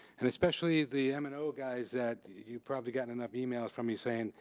and especially the m and o guys that, you've probably gotten enough emails from me saying,